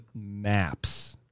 maps